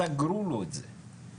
סגרו לו את זה.